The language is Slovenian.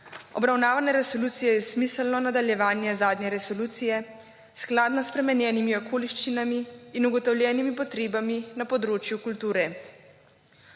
Obravnavane resolucije je smiselno nadaljevanje zadnje resolucije skladno s spremenjenimi okoliščinami in ugotovljenimi potrebami na področju kulture.